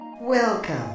Welcome